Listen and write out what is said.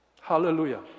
Hallelujah